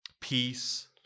peace